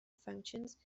functions